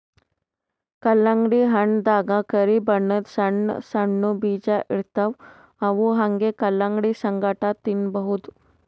ಕಲ್ಲಂಗಡಿ ಹಣ್ಣ್ ದಾಗಾ ಕರಿ ಬಣ್ಣದ್ ಸಣ್ಣ್ ಸಣ್ಣು ಬೀಜ ಇರ್ತವ್ ಅವ್ ಹಂಗೆ ಕಲಂಗಡಿ ಸಂಗಟ ತಿನ್ನಬಹುದ್